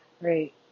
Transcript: right